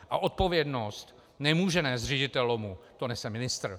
A odpovědnost nemůže nést ředitel LOMu, to nese ministr.